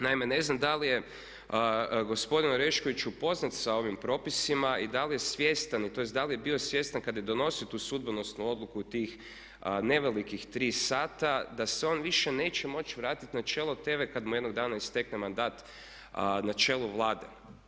Naime, ne znam da li je gospodin Orešković upoznat sa ovim propisima i da li je svjestan i tj. da li je bio svjestan kada je donosio tu sudbonosnu odluku u tih nevelikih 3 sata da se on više neće moći vratiti na čelo … kada mu jednog dana istekne mandat, na čelo Vlade.